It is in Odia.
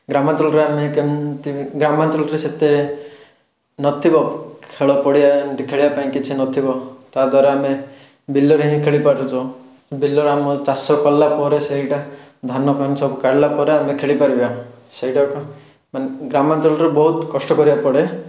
ଗ୍ରାମାଞ୍ଚଳରେ ଆମେ କେମିତି ଗ୍ରାମାଞ୍ଚଳରେ ସେତେ ନଥିବ ଖେଳପଡ଼ିଆ ଏମିତି ଖେଳିବାପାଇଁ କିଛି ନଥିବ ତାହାଦ୍ଵାରା ଆମେ ବିଲରେ ହିଁ ଖେଳିପାରୁଛୁ ବିଲରେ ଆମ ଚାଷ କଲାପରେ ସେଇଟା ଧାନଫାନ ସବୁ କାଢ଼ିଲାପରେ ଆମେ ଖେଳିପାରିବା ସେଇଟା ଏକ ମାନେ ଗ୍ରାମାଞ୍ଚଳରେ ବହୁତ କଷ୍ଟ କରିବାକୁ ପଡ଼େ